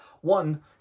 one